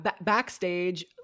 Backstage